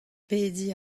pediñ